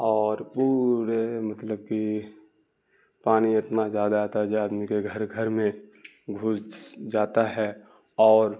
اور پورے مطلب کہ پانی اتنا زیادہ آتا ہے جو آدمی کے گھر گھر میں گھس جاتا ہے اور